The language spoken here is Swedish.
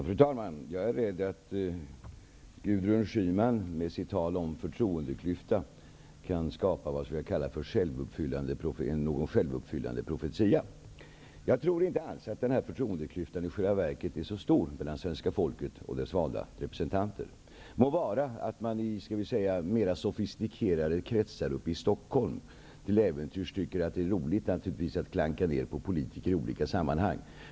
Fru talman! Jag är rädd att Gudrun Schyman med sitt tal om förtroendeklyfta kan skapa det som brukar kallas en självuppfyllande profetia. Jag tror inte alls att förtroendeklyftan i själva verket är så stor mellan svenska folket och dess valda representanter. Må vara att man i mera sofistikerade kretsar uppe i Stockholm till äventyrs tycker att det är roligt att klanka ned på politiker i olika sammanhang.